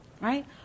right